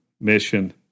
mission